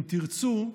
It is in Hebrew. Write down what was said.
אם תרצו,